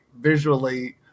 visually